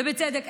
בצדק.